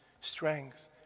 strength